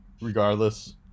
regardless